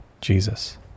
Jesus